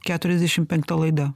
keturiasdešim penkta laida